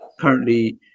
currently